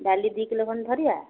ଡ଼ାଲି ଦୁଇ କିଲୋ ଖଣ୍ଡେ ଧରିବା